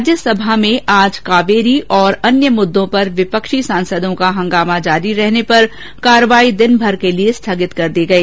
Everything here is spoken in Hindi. राज्यसभा में आज कावेरी और अन्य मुद्दों पर विपक्षी सांसदों का हंगामा जारी रहने पर कार्यवाही दिनभर के लिए स्थगित कर दी गई